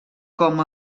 com